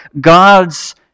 God's